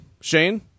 Shane